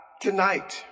tonight